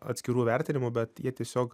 atskirų vertinimų bet jie tiesiog